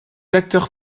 acteurs